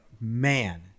man